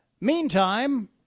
Meantime